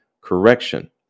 correction